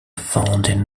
founding